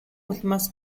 улмаас